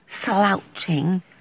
slouching